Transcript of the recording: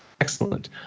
Excellent